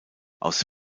aus